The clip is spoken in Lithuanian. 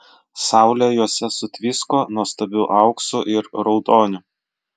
saulė juose sutvisko nuostabiu auksu ir raudoniu